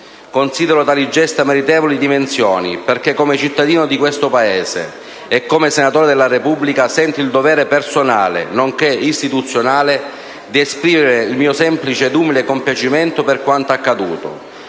Considero tali gesta meritevoli di menzione, perché come cittadino di questo Paese e come senatore della Repubblica sento il dovere personale, nonché istituzionale, di esprimere il mio semplice ed umile compiacimento per quanto accaduto,